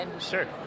Sure